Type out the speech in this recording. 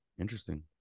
Interesting